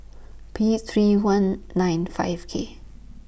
P three one nine five K